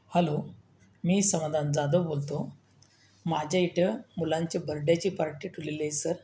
hello मी समादान जादव बोलतो माझ्या इटं मुलांची बर्डेची पार्टी ठेवलेली आहे सर